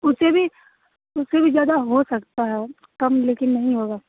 उसे भी उस्से भी ज़्यादा हो सकता है कम लेकिन नहीं होगा